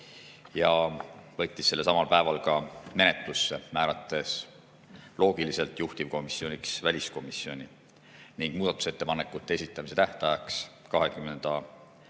ja võttis selle samal päeval ka menetlusse, määrates loogiliselt juhtivkomisjoniks väliskomisjoni ning muudatusettepanekute esitamise tähtajaks 20.